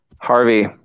Harvey